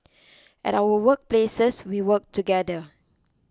at our work places we work together